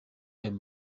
ayo